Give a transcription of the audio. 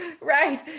right